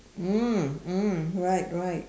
mm mm right right